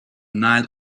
nile